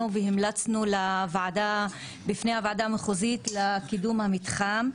והמלצנו בפני הוועדה המחוזית לקידום המתחם.